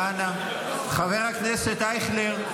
חבר הכנסת אייכלר,